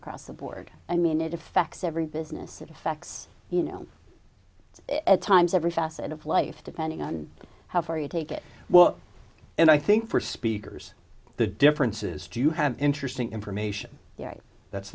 across the board i mean it effects every business it affects you know at times every facet of life depending on how far you take it well and i think for speakers the difference is do you have interesting information that's